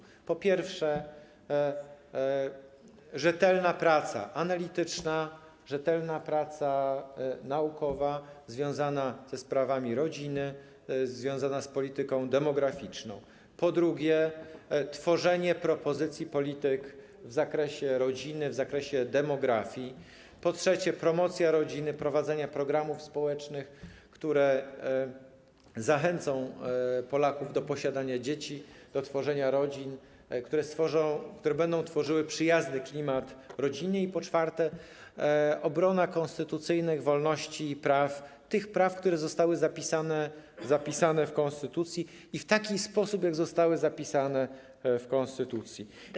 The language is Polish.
Jeszcze raz: po pierwsze, rzetelna praca analityczna, rzetelna praca naukowa związana ze sprawami rodziny, z polityką demograficzną, po drugie, tworzenie propozycji polityk w zakresie rodziny, w zakresie demografii, po trzecie, promocja rodziny, prowadzenie programów społecznych, które zachęcą Polaków do posiadania dzieci, tworzenia rodzin, które będą tworzyły przyjazny klimat rodziny, i po czwarte, obrona konstytucyjnych wolności i praw, które zostały zapisane w konstytucji, w taki sposób, jaki został zapisany w konstytucji.